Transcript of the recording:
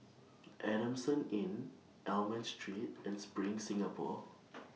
Adamson Inn Almond Street and SPRING Singapore